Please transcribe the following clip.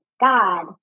God